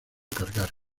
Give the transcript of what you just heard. cargar